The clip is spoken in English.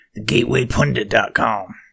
thegatewaypundit.com